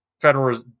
federal